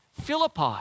Philippi